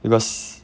because